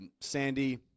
Sandy